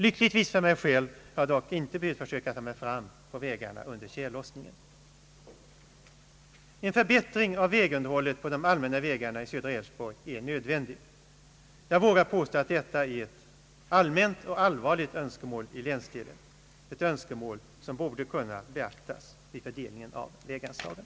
Lyckligtvis för mig själv har jag dock inte försökt att ta mig fram med bil på vägarna under tjällossningen. En förbättring av vägunderhållet på de allmänna vägarna i Älvsborgs läns södra del är alltså nödvändig. Jag vågar påstå att det är ett allmänt och allvarligt önskemål i länsdelen, ett önskemål som borde kunna beaktas vid fördelningen äv väganslagen.